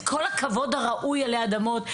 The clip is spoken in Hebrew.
את כל הכבוד הראוי עלי אדמות,